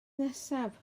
nesaf